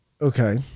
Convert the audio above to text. Okay